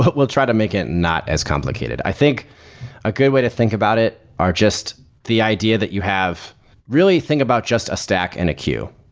but we'll try to make it not as complicated. i think a good way to think about it are just the idea that you have really, think about just a stack and a queue.